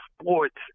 sports